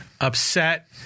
upset